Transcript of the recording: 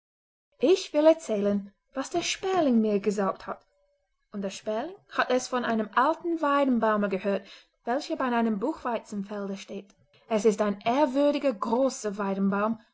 ich will erzählen was der sperling mir gesagt hat und der sperling hat es von einem alten weidenbaume gehört welcher bei einem buchweizenfelde steht es ist ein ehrwürdiger großer weidenbaum